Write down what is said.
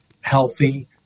healthy